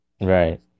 right